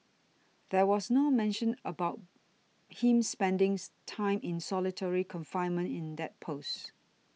there was no mention made about him spending time in solitary confinement in that post